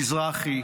מזרחי,